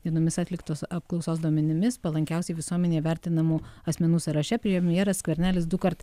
dienomis atliktos apklausos duomenimis palankiausiai visuomenėje vertinamų asmenų sąraše premjeras skvernelis dukart